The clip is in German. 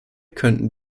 könnten